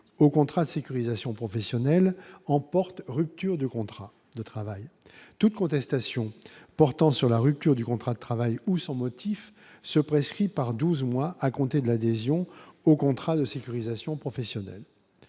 au contrat de sécurisation professionnelle emporte, rupture de contrat de travail toute contestation portant sur la rupture du contrat de travail ou son motif se prescrit par 12 mois à compter de l'adhésion au contrat de sécurisation professionnelle